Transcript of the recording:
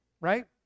right